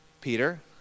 Peter